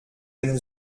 dem